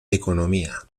economía